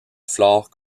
flore